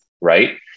right